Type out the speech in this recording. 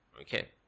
Okay